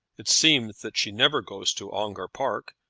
it seems that she never goes to ongar park,